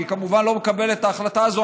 שהיא כמובן לא מקבלת את ההחלטה הזו,